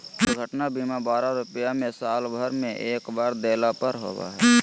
दुर्घटना बीमा बारह रुपया में साल भर में एक बार देला पर होबो हइ